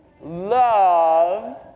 love